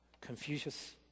Confucius